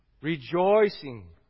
Rejoicing